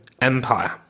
Empire